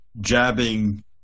jabbing